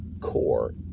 core